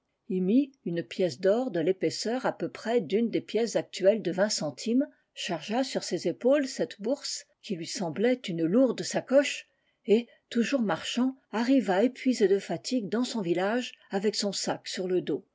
se procura une bourse ymitunepièce d'orde l'épaisseur à peu près d'une des pièces actuelles de vingt centimes chargea sur ses épaules cette bourse qui lui semblait une lourde sacoche et toujours marchant arriva épuisé de fatigue dans son village avec son sac sur le dos